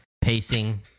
pacing